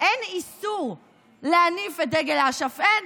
אין איסור להניף את דגל אש"ף, אין,